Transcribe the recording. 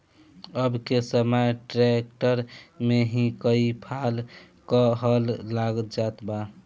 अब के समय ट्रैक्टर में ही कई फाल क हल लाग जात बा